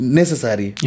necessary